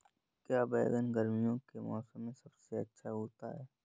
क्या बैगन गर्मियों के मौसम में सबसे अच्छा उगता है?